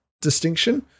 distinction